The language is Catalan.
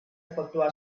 efectuar